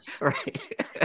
right